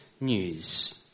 news